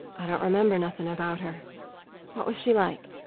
i don't remember nothing about her. what was she like?